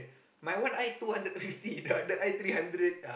my one eye two hundred fifty the other eye three hundred ah